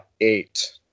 eight